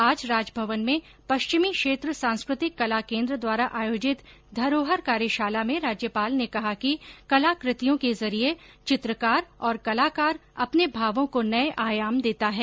आज राजभवन में पश्चिमी क्षेत्र सांस्कृतिक कला केन्द्र द्वारा आयोजित धरोहर कार्यशाला में राज्यपाल ने कहा कि कलाकृतियों के जरिये चित्रकार और कलाकार अपने भावों को नये आयाम देता है